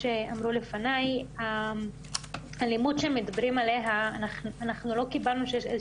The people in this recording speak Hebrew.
מאחר והחוק מוחל גם ברשת וגם אם אפשר לקרוא לזה בחיים האמיתיים,